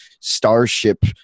starship